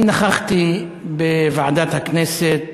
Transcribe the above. אני נכחתי בוועדת הכנסת,